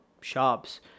shops